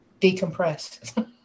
decompress